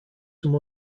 some